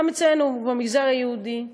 גם אצלנו, במגזר היהודי.